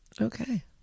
Okay